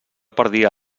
perdia